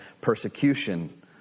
persecution